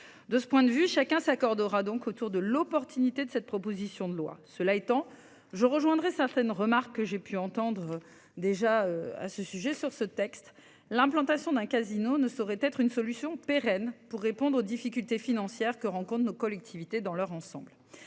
De ce point de vue chacun s'accordera donc autour de l'opportunité de cette proposition de loi. Cela étant je rejoindrai certaines remarques que j'ai pu entendre déjà à ce sujet sur ce texte, l'implantation d'un casino ne saurait être une solution pérenne pour répondre aux difficultés financières que rencontrent nos collectivités dans leur ensemble.